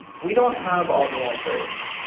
we don't have all the answers,